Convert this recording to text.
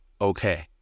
okay